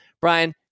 Brian